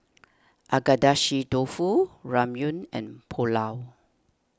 Agedashi Dofu Ramyeon and Pulao